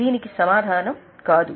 దీనికి సమాధానం "కాదు